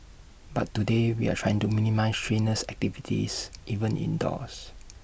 but today we are trying to minimise strenuous activities even indoors